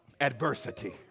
adversity